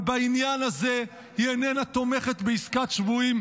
אבל בעניין הזה היא איננה תומכת בעסקת שבויים,